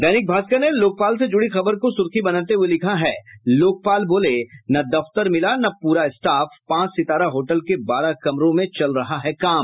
दैनिक भास्कर ने लोकपाल से जुड़ी खबर को सुर्खी बनाते हुये लिखा है लोकपाल बोले न दफ्तर मिला न पूरा स्टाफ पांच सितारा होटल के बारह कमरों में चल रहा है काम